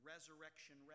resurrection